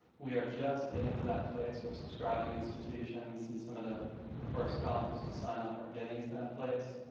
we are just getting to that place where subscribing institutions and some of the first colleges to sign up are getting to that place.